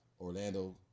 orlando